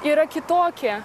yra kitokie